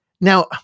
Now